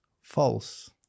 false